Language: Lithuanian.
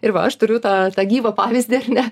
ir va aš turiu tą tą gyvą pavyzdį ar ne